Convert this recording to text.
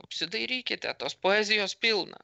apsidairykite tos poezijos pilna